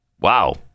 Wow